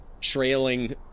trailing